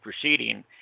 proceeding